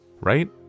Right